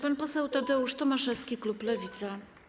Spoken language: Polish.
Pan poseł Tadeusz Tomaszewski, klub Lewica.